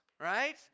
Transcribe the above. right